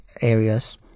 areas